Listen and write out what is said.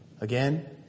Again